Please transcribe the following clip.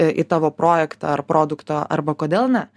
į tavo projektą ar produktą arba kodėl ne